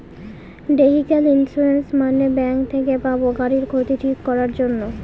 vehicle insurance মানে bank থেকে পাবো গাড়ির ক্ষতি ঠিক করাক জন্যে